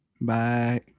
Bye